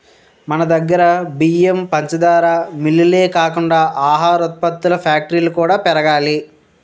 మనదగ్గర బియ్యం, పంచదార మిల్లులే కాకుండా ఆహార ఉత్పత్తుల ఫ్యాక్టరీలు కూడా పెరగాలి